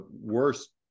worst